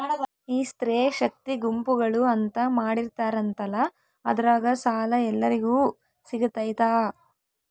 ಈ ಸ್ತ್ರೇ ಶಕ್ತಿ ಗುಂಪುಗಳು ಅಂತ ಮಾಡಿರ್ತಾರಂತಲ ಅದ್ರಾಗ ಸಾಲ ಎಲ್ಲರಿಗೂ ಸಿಗತೈತಾ?